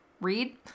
read